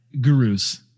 gurus